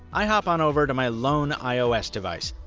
i hop on over to my lone ios device,